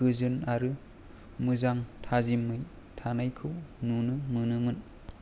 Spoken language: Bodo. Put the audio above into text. गोजोन आरो मोजां थाजिमै थानायखौ नुनो मोनोमोन